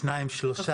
שניים, שלושה.